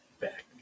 back